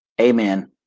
Amen